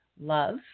love